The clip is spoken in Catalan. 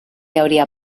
hauria